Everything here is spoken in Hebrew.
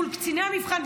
מול קציני המבחן,